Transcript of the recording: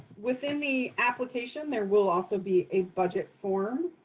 within the application, there will also be a budget form.